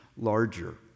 larger